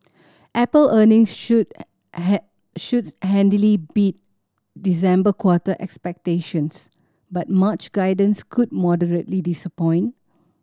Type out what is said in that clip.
Apple earnings should should handily beat December quarter expectations but March guidance could moderately disappoint